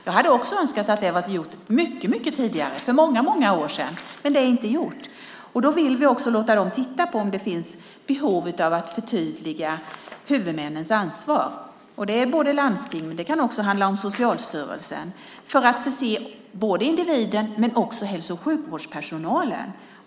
Jag önskar också att det hade gjorts tidigare, för många år sedan - men det är inte gjort. Vi vill låta dem titta på om det finns behov av att förtydliga huvudmännens ansvar. Det kan handla om både landsting och Socialstyrelsen, individen och hälso och sjukvårdspersonalen.